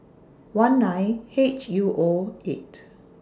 one nine H U O eight